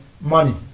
money